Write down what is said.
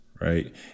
right